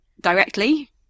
directly